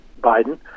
Biden